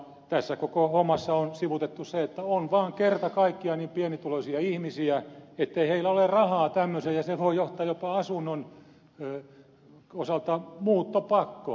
tässä koko hommassa on sivuutettu se että on vaan kerta kaikkiaan niin pienituloisia ihmisiä ettei heillä ole rahaa tämmöiseen ja se voi johtaa jopa asunnon osalta muuttopakkoon